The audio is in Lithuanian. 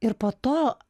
ir po to